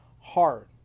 hard